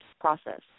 process